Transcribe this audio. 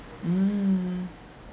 mm